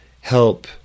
help